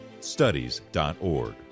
studies.org